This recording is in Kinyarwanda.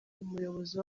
umuyobozi